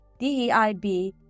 DEIB